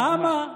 למה?